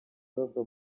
bava